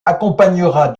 accompagnera